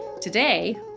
Today